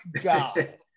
God